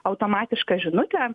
automatišką žinutę